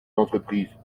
d’entreprise